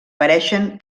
pareixen